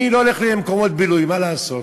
אני לא הולך למקומות בילוי, מה לעשות.